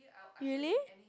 really